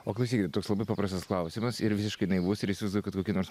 o klausykit toks labai paprastas klausimas ir visiškai naivus ir įsivaizduoju kad kokie nors